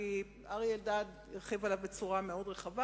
כי אריה אלדד עסק בו בצורה מאוד רחבה